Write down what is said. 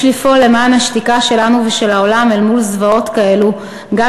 יש לפעול נגד השתיקה שלנו ושל העולם אל מול זוועות כאלו גם